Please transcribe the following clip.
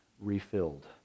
refilled